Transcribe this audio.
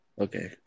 Okay